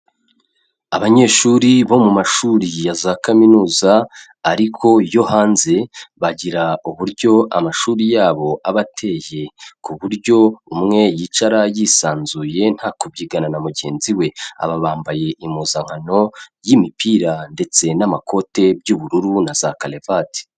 Abanyeshuri bo mu mashuri ya za Kaminuza ariko yo hanze, bagira uburyo amashuri yabo aba ateye ku buryo umwe yicara yisanzuye nta kubyigana na mugenzi we, aba bambaye impuzankano y'imipira ndetse n'amakote by'ubururu na za karevati.